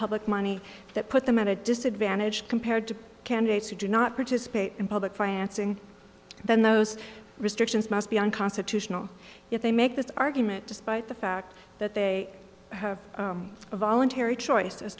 public money that put them at a disadvantage compared to candidates who do not participate in public financing then those restrictions must be unconstitutional if they make this argument despite the fact that they have a voluntary choice as